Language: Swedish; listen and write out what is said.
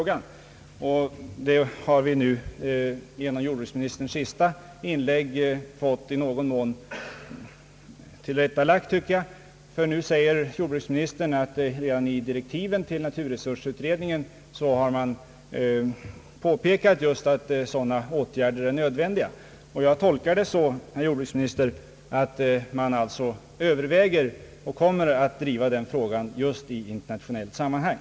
Den punkten har vi genom jordbruksministerns sista inlägg fått i någon mån tillrättalagd — nu säger statsrådet att man redan i direktiven till utredningen har påpekat just att sådana åtgärder är nödvändiga. Jag tolkar detta så, herr jordbruksminister, att man överväger att driva och kommer att driva den här frågan just i internationellt sammanhang.